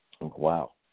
Wow